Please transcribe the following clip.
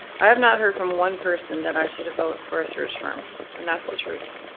i have not heard from one person that i should vote for a search firm and that's the truth.